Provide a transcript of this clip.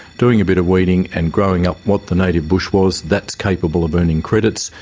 doing a bit of weeding and growing up what the native bush was, that's capable of earning credits,